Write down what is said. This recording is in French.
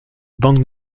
banque